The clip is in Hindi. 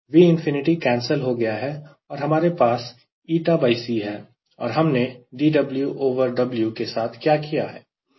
𝑉ꝏकैंसिल हो गया है हमारे पास ईCहै और हमने dWW के साथ क्या किया है